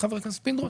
חבר הכנסת פינדרוס